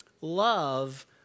Love